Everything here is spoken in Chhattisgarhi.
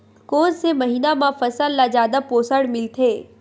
कोन से महीना म फसल ल जादा पोषण मिलथे?